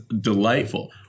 delightful